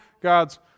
God's